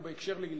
והוא בקשר לילדים.